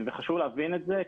חשוב להבין את זה.